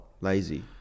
Lazy